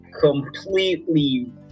completely